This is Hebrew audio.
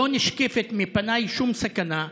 לא נשקפת מפניי שום סכנה,